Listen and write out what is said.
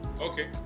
Okay